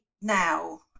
now